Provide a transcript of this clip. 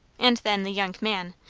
and then the young man,